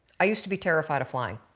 i used to be terrified of flying,